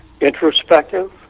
Introspective